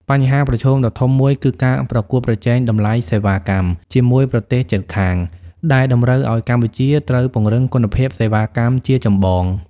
បញ្ហាប្រឈមដ៏ធំមួយគឺការប្រកួតប្រជែងតម្លៃសេវាកម្មជាមួយប្រទេសជិតខាង ដែលតម្រូវឱ្យកម្ពុជាត្រូវពង្រឹងគុណភាពសេវាកម្មជាចម្បង។